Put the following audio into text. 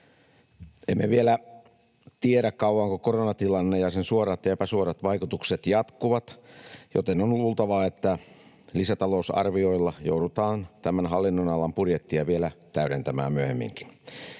Emme vielä tiedä, kauanko koronatilanne ja sen suorat ja epäsuorat vaikutukset jatkuvat, joten on luultavaa, että lisätalousarvioilla joudutaan tämän hallinnonalan budjettia vielä täydentämään myöhemminkin.